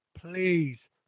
please